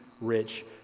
rich